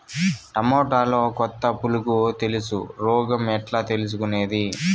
టమోటాలో కొత్త పులుగు తెలుసు రోగం ఎట్లా తెలుసుకునేది?